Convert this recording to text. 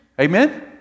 Amen